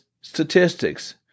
statistics